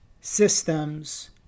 systems